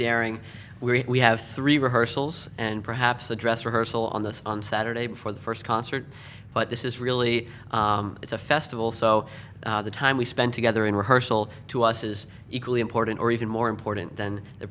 daring we have three rehearsals and perhaps a dress rehearsal on the on saturday for the first concert but this is really it's a festival so the time we spent together in rehearsal to us is equally important or even more important than the